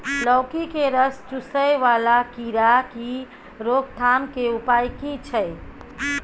लौकी के रस चुसय वाला कीरा की रोकथाम के उपाय की छै?